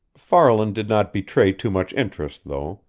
farland did not betray too much interest, though,